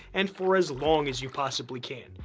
and for as long as you possibly can.